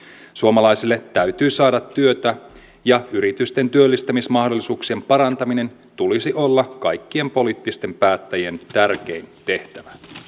suomalaisille täytyy saada työtä ja yritysten työllistämismahdollisuuksien parantamisen tulisi olla kaikkien poliittisten päättäjien tärkein tehtävä